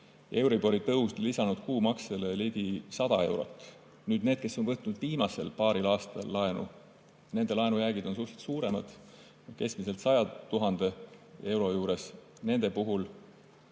euribori tõus lisanud kuumaksele ligi 100 eurot. Nüüd need, kes on võtnud viimasel paaril aastal laenu, nende laenujäägid on suhteliselt suuremad, keskmiselt 100 000 euro juures, ja nende puhul